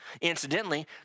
Incidentally